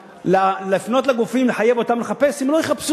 לפנות לגופים ולחייב אותם לחפש,